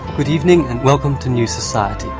good evening and welcome to new society.